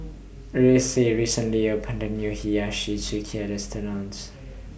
Ruthie recently opened A New Hiyashi Chuka restaurants